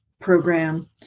program